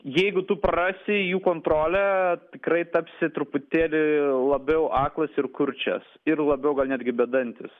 jeigu tu prarasi jų kontrolę tikrai tapsi truputėlį labiau aklas ir kurčias ir labiau gal netgi bedantis